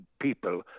people